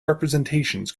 representations